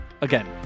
Again